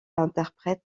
interprète